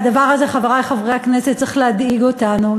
הדבר הזה, חברי חברי הכנסת, צריך להדאיג אותנו.